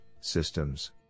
systems